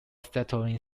settling